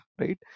right